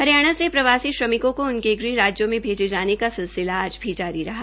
हरियाणा से प्रवासी श्रमिकों केा उनके गृह राज्यों में भेजे जाने का सिलसिला आज भी जारी रहा